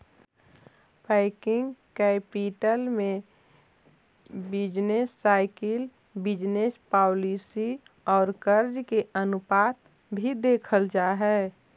working capital में business cycle business policy औउर कर्ज के अनुपात भी देखल जा हई